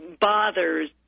bothers